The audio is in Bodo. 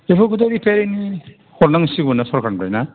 बेफोरखौथ' रिफायरिं हरनांसिगौ ना सरकारनिफ्राय ना